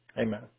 amen